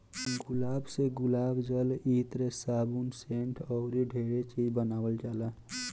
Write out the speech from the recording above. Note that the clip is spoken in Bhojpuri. गुलाब से गुलाब जल, इत्र, साबुन, सेंट अऊरो ढेरे चीज बानावल जाला